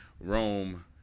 Rome